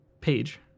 page